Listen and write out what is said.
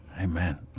Amen